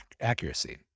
accuracy